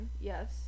Yes